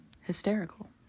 hysterical